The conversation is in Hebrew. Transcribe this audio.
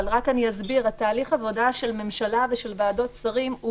רק אני אסביר שתהליך עבודה של ממשלה ושל ועדות שרים הוא